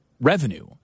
revenue